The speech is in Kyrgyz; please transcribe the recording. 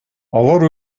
алар